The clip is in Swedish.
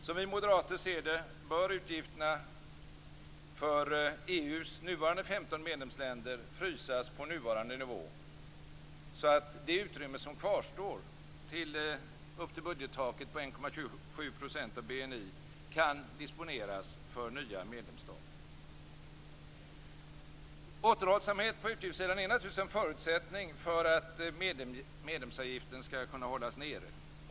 Som vi moderater ser det bör utgifterna för EU:s nuvarande 15 medlemsländer frysas på nuvarande nivå, så att det utrymme som kvarstår till budgettaket på 1,27 % av BNI kan disponeras för nya medlemsstater. Återhållsamhet på utgiftssidan är en förutsättning för att medlemsavgiften skall kunna hållas nere.